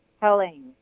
telling